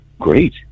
great